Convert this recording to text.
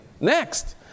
Next